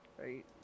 right